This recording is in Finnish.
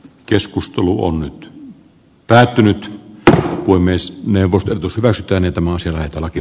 keskustelu on nyt päätynyt tyttö ui myös neuvoteltu syvästä niitä asioita laki